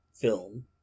film